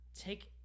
take